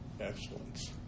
excellence